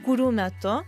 kurių metu